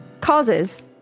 Causes